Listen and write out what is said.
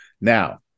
Now